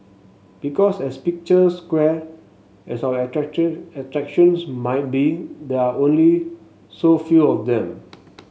because as picturesque as our attractions might be there are only so few of them